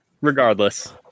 regardless